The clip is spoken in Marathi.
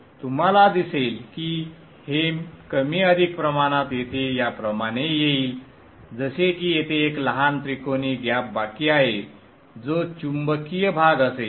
तुम्हाला दिसेल की हे कमी अधिक प्रमाणात येथे याप्रमाणे येईल जसे की येथे एक लहान त्रिकोणी गॅप बाकी आहे जो चुंबकीय भाग असेल